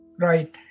right